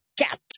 cat